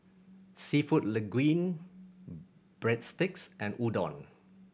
Seafood Linguine Breadsticks and Udon